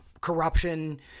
corruption